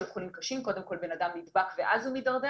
חולים קשים: קודם כל בן אדם נדבק ואז הוא מידרדר.